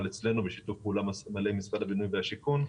אצלנו בשיתוף פעולה מלא עם משרד הבינוי והשיכון.